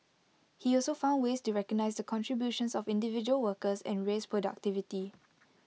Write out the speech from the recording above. he also found ways to recognise the contributions of individual workers and raise productivity